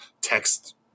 text